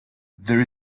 there